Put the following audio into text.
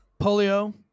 polio